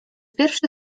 pierwszy